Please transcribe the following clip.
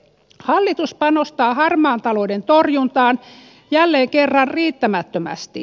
hallitus panostaa harmaan talouden torjuntaan jälleen kerran riittämättömästi